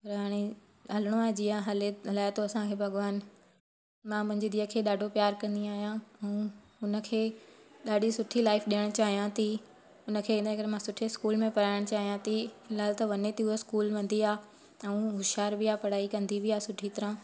पर हाणे हलिणो आहे जीअं हले हलाए थो असांखे भॻिवान मां मुंहिंजी धीउ खे ॾाढो प्यारु कंदी आहियां ऐं हुन खे ॾाढी सुठी लाइफ ॾेयण चाहियां थी हुन खे हिन करे मां सुठे स्कूल में पढ़ाइनि चाहियां थी फ़िल्हालु त वञे थी उहा स्कूल वेंदी आहे ऐं उहा होशियार बि आ्हे पढ़ाई कंदी बि आहे सुठी तरह